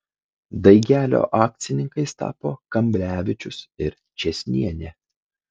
daigelio akcininkais tapo kamblevičius ir čėsnienė